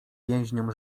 więźniom